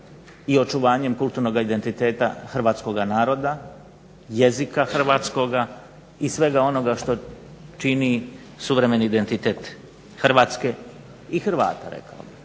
i očuvanjem kulturnoga identiteta hrvatskoga naroda, jezika hrvatskoga i svega onoga što čini suvremeni identitet Hrvatske i Hrvata, ali